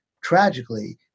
tragically